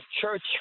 church